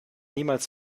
niemals